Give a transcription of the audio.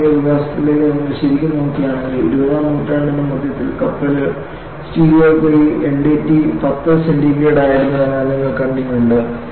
ആധുനിക വികാസത്തിലേക്ക് നിങ്ങൾ ശരിക്കും നോക്കുകയാണെങ്കിൽ ഇരുപതാം നൂറ്റാണ്ടിന്റെ മധ്യത്തിൽ കപ്പൽ സ്റ്റീലുകൾക്ക് ഈ എൻഡിടി 10 ഡിഗ്രി സെന്റിഗ്രേഡ് ആയിരുന്നുവെന്ന് നിങ്ങൾ കണ്ടിട്ടുണ്ട്